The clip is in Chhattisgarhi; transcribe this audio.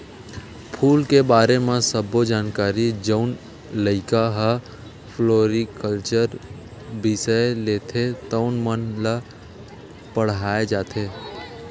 फूल के बारे म सब्बो जानकारी जउन लइका ह फ्लोरिकलचर बिसय लेथे तउन मन ल पड़हाय जाथे